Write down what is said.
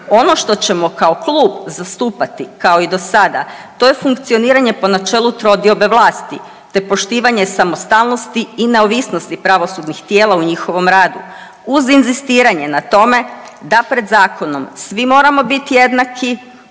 Ono što ćemo kao klub zastupati kao i do sada, to je funkcioniranje po načelu trodiobe vlasti te poštivanje samostalnosti i neovisnosti pravosudnih tijela u njihovom radu, uz inzistiranje na tome da pred zakonom svi moramo biti jednaki